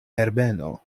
herbeno